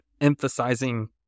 emphasizing